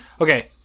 Okay